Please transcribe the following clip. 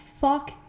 fuck